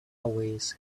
always